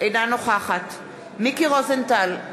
אינה נוכחת מיקי רוזנטל,